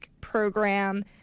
program